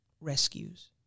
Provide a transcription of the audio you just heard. rescues